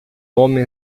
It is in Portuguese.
homem